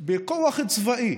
בכוח צבאי